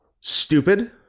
stupid